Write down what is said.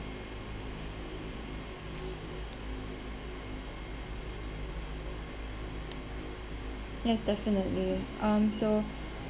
yes definitely um so